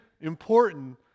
important